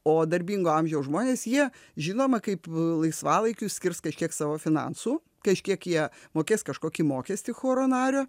o darbingo amžiaus žmonės jie žinoma kaip laisvalaikiu skirs kažkiek savo finansų kažkiek jie mokės kažkokį mokestį choro nario